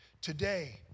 Today